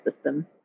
system